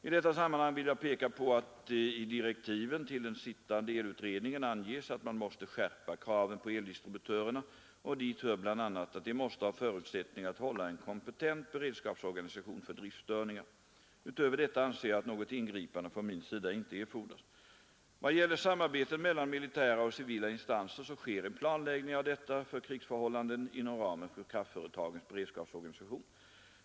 I detta sammanhang vill jag peka på att i direktiven till den sittande elutredningen anges att man måste skärpa kraven på eldistributörerna, och dit hör bl.a. att de måste ha förutsättningar att hålla en kompetent beredskapsorganisation för driftstörningar. Utöver detta anser jag att något ingripande från min sida inte erfordras. Vad gäller samarbetet mellan militära och civila instanser så sker en planläggning av detta för krigsförhållanden inom ramen för kraftföretagens beredskapsorganisation.